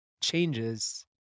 changes